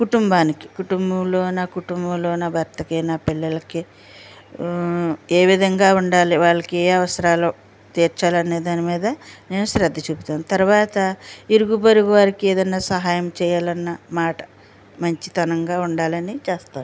కుటుంబానికి కుటుంబంలో కుటుంబంలో నా భర్తకి నా పిల్లలకి ఏవిధంగా ఉండాలి వాళ్ళకి ఏ అవసరాలు తీర్చాలనే దాని మీద నేను శ్రద్ధ చూపుతాను తరువాత ఇరుగు పొరుగు వారికి ఏదైనా సహాయం చేయాలన్నా మాట మంచితనంగా ఉండాలని చేస్తాను